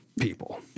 people